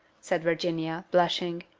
said virginia blushing.